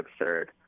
absurd